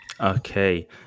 Okay